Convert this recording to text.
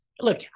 look